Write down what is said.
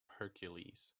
hercules